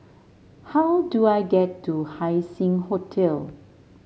how do I get to Haising Hotel